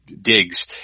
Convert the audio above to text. digs